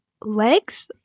Legs